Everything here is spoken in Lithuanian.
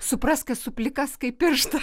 suprask esu plikas kaip pirštas